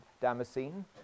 Damascene